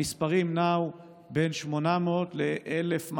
המספרים היו בין 800 ל-1,200,